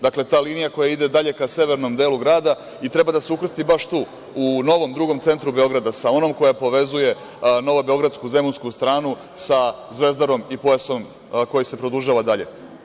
Dakle, ta linija koja ide dalje ka severnom delu grada i treba da se ukrsti baš tu u novom drugom centru Beograda sa onom koja povezuje Novobeogradsku Zemunsku stranu sa Zvezdarom i pojasom koji se produžava dalje.